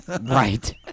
Right